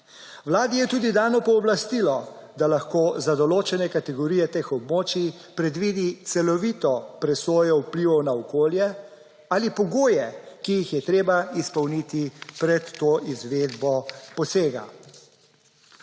Vladi je tudi dano pooblastilo, da lahko za določene kategorije teh območij predvidi celovito presojo vplivov na okolje ali pogoje, ki jih je treba izpolniti pred to izvedbo posega.